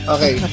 Okay